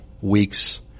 weeks